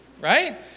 right